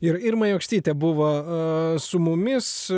ir irma jokštytė buvo su mumis